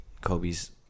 Kobe's